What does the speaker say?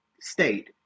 state